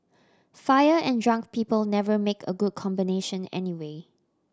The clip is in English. fire and drunk people never make a good combination anyway